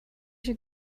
you